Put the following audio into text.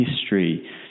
history